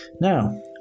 Now